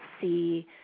see